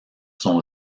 sont